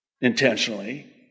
intentionally